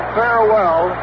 farewell